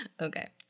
Okay